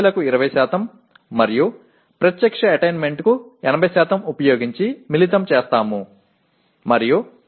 அவற்றை சில எடைகளைப் பயன்படுத்தி இணைக்கிறோம் பொதுவாக 80 மற்றும் 20 கணக்கெடுப்புகளுக்கு 20 மற்றும் நேரடி அடைய 80